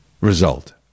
result